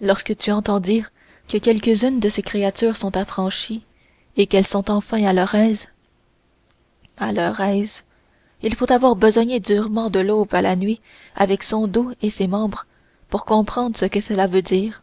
lorsque tu entends dire que quelques-unes de ces créatures sont affranchies et qu'elles sont enfin à leur aise à leur aise il faut avoir besogné durement de l'aube à la nuit avec son dos et ses membres pour comprendre ce que cela veut dire